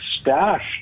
stash